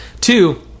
Two